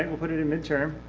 we'll put it in mid-term.